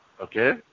Okay